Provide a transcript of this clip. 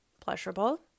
pleasurable